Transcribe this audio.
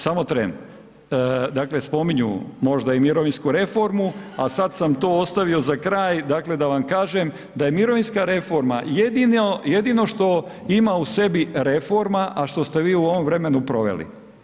Samo tren, dakle, spominju možda i mirovinsku reformu, a sad sam to ostavio za kraj, dakle, da vam kažem da je mirovinska reforma jedino što ima u sebi reforma, a što ste vi u ovom vremenu proveli.